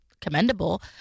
commendable